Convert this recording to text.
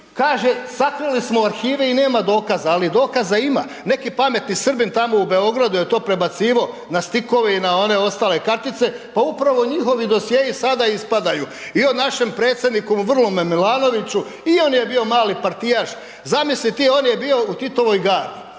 kaže sakrili smo arhive i nema dokaza, ali dokaza ima, neki pametni Srbin tamo u Beogradu je to prebacivo na stikove i na one ostale kartice, pa upravo njihovi dosjei sada ispadaju i o našem predsjedniku vrlome Milanoviću i on je bio mali partijaš. Zamisli ti, on je bio u Titovoj gardi,